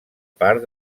part